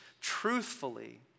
truthfully